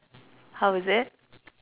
how is it